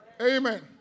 Amen